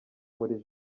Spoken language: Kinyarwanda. muri